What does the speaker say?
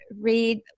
read